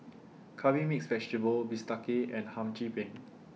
Curry Mixed Vegetable Bistake and Hum Chim Peng